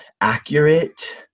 accurate